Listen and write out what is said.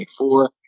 24